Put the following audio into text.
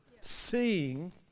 seeing